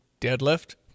deadlift